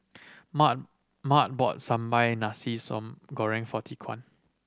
Mart Mart bought sambal nasi soon goreng for Tyquan